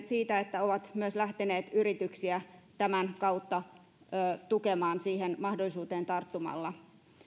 siitä että he ovat myös lähteneet yrityksiä tämän kautta tukemaan siihen mahdollisuuteen tarttumalla